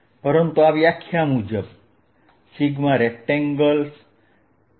પરંતુ આ વ્યાખ્યા મુજબ Rect